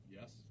Yes